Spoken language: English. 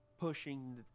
pushing